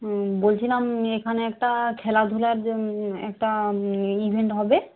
বলছিলাম এখানে একটা খেলাধুলার একটা ইভেন্ট হবে